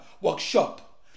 workshop